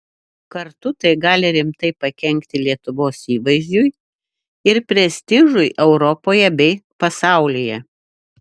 kartu tai gali rimtai pakenkti lietuvos įvaizdžiui ir prestižui europoje bei pasaulyje